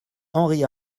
henry